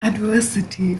adversity